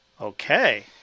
Okay